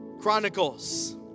Chronicles